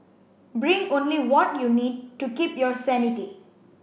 bring only what you need to keep your sanity